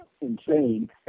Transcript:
insane